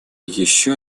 еще